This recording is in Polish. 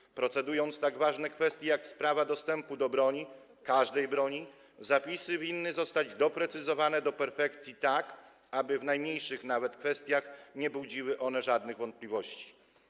Przy procedowaniu tak ważnych kwestii, jak dostęp do broni, każdej broni, zapisy winny zostać doprecyzowane do perfekcji, tak aby w najmniejszych nawet kwestiach nie budziły żadnych wątpliwości.